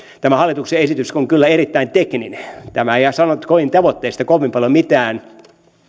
tämä hallituksen esitys on kyllä erittäin tekninen tämä ei sano tavoitteista kovin paljon mitään